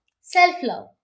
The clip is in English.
self-love